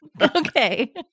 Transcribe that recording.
Okay